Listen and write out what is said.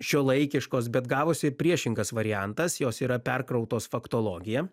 šiuolaikiškos bet gavosi priešingas variantas jos yra perkrautos faktologija